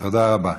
תודה רבה.